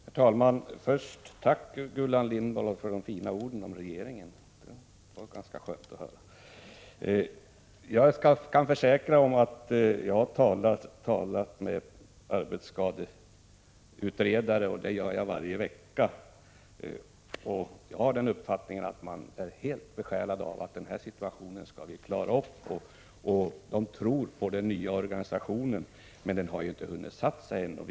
Herr talman! Först vill jag rikta ett tack till Gullan Lindblad för hennes fina ord om regeringen, som det var skönt att höra. Jag försäkrar att jag har talat med arbetsskadeutredare, och det gör jag för övrigt varje vecka. Jag har den uppfattningen att man är helt besjälad av strävan att man skall klara den här situationen. Man tror på den nya organisationen. Det är bara det att denna ännu inte så att säga har hunnit sätta sig.